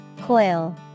Coil